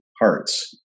hearts